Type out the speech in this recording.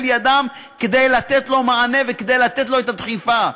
ידנו כדי לתת לו מענה וכדי לתת לו את הדחיפה.